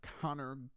Connor